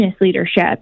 leadership